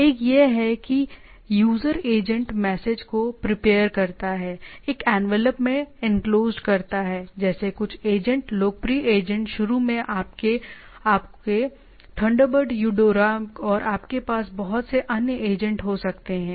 एक यह है कि यूजर एजेंट मैसेज को प्रिपेयर करता हैएक एनवेलप में इनक्लोजड करता है जैसे कुछ एजेंट लोकप्रिय एजेंट शुरू में आपके थंडरबर्ड यूडोरा और आपके पास बहुत से अन्य एजेंट हो सकते हैं